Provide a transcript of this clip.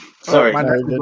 Sorry